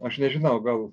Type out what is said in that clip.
aš nežinau gal